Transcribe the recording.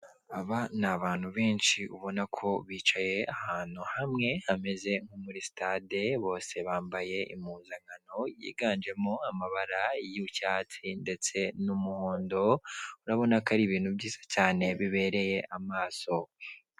Aba ni abantu benshi ubona ko bicaye ahantu hamwe hameze nko muri sitade bose bambaye impuzankano yiganjemo amabara y'icyatsi ndetse n'umuhondo urabona ko ari ibintu byiza cyane bibereye amaso.